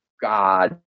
God